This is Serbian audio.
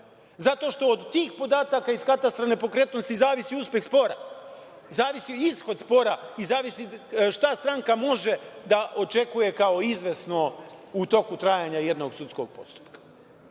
Zato što od tih podataka iz katastra nepokretnosti zavisi uspeh spora, zavisi ishod spora i zavisi šta stranka može da očekuje kao izvesno u toku trajanja jednog sudskog postupka. Što